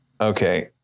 Okay